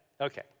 okay